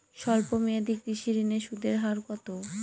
স্বল্প মেয়াদী কৃষি ঋণের সুদের হার কত?